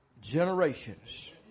generations